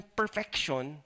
perfection